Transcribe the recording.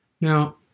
Now